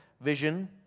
vision